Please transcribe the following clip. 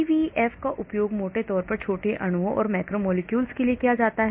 CVF का उपयोग मोटे तौर पर छोटे अणुओं और मैक्रोमोलेक्यूल्स के लिए किया जाता है